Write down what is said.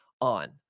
on